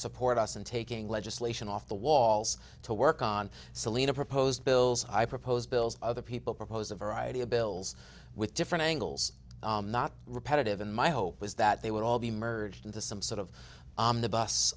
support us and taking legislation off the walls to work on selena proposed bills i proposed bills other people propose a variety of bills with different angles not repetitive and my hope was that they would all be merged into some sort of the bus